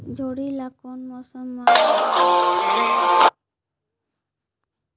जोणी ला कोन मौसम मा लगाबो?